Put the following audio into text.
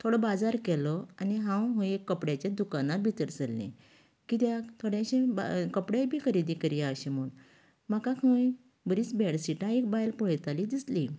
थोडो बाजार केलो आनी हांव एक कपड्याचें दुकाना भितर सरलें कित्याक थोडेशें कपडेय बी खरेदी करया अशें म्हण म्हाका थंय बरीच बेडशीटां एक बायल पळयताली दिसली